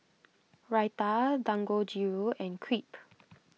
Raita Dangojiru and Crepe